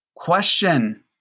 question